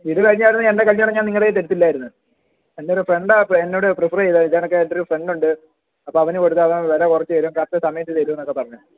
ഇത് അറിഞ്ഞായിരുന്നെങ്കിൽ എൻ്റെ കല്യാണം ഞാൻ നിങ്ങളുടെ കയ്യിൽ തരത്തില്ലായിരുന്നു എൻറ്റൊരു ഫ്രണ്ടാണ് എന്നോട് പ്രീഫെർ ചെയ്തത് ഇത് കണക്ക് എൻറ്റൊരു ഫ്രണ്ടുണ്ട് അപ്പോൾ അവന് കൊടുത്താൽ അവൻ വില കുറച്ച് തരും കറക്റ്റ് സമയത്ത് തരും എന്നൊക്കെ പറഞ്ഞ്